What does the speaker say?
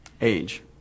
age